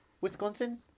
Wisconsin